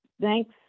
thanks